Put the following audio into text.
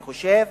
אני חושב.